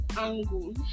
angle